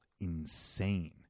insane